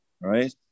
right